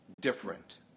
different